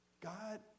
God